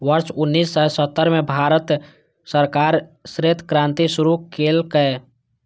वर्ष उन्नेस सय सत्तर मे भारत सरकार श्वेत क्रांति शुरू केलकै